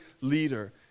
leader